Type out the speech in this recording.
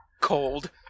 Cold